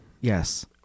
Yes